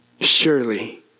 Surely